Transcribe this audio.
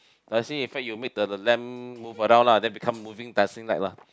dancing effect you make the lamp move around lah then become moving dancing light lah